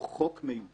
הוא חוק מיותר.